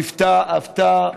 שליוותה,